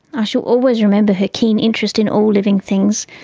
ah shall always remember her keen interest in all living things,